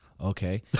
Okay